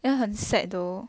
yeah 很 sad though